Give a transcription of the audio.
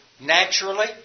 naturally